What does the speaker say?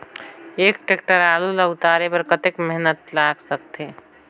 एक टेक्टर आलू ल उतारे बर कतेक मेहनती लाग सकथे?